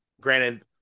Granted